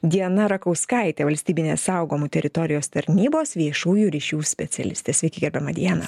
diana rakauskaitė valstybinės saugomų teritorijos tarnybos viešųjų ryšių specialistė sveiki gerbiama diana